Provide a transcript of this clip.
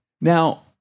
Now